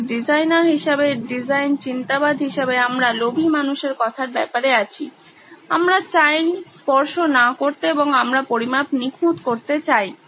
তাই ডিজাইনার হিসেবে ডিজাইন চিন্তাবিদ হিসেবে আমরা লোভী মানুষের কথার ব্যাপারে আছি আমরা চাই স্পর্শ না করতে এবং আমরা পরিমাপ নিখুঁত করতে চাই